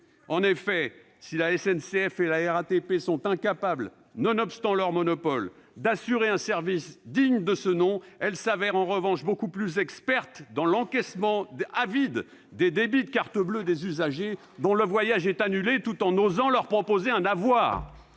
En effet, si la SNCF et la RATP sont incapables, nonobstant leur monopole, d'assurer un service digne de ce nom, elles s'avèrent en revanche beaucoup plus expertes quand il s'agit de débiter avidement les comptes des usagers dont le voyage est annulé tout en osant leur proposer un avoir